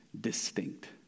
Distinct